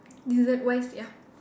dessert wise ya